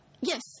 Yes